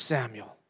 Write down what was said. Samuel